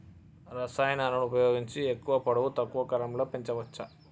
రసాయనాలను ఉపయోగించి ఎక్కువ పొడవు తక్కువ కాలంలో పెంచవచ్చా?